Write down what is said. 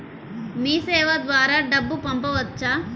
మీసేవ ద్వారా డబ్బు పంపవచ్చా?